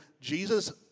Jesus